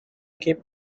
keep